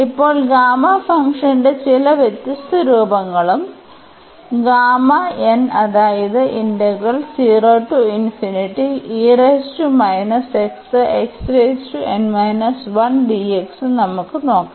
ഇപ്പോൾ ഗാമാ ഫംഗ്ഷന്റെ ചില വ്യത്യസ്ത രൂപങ്ങളും നമുക്ക് നോക്കാം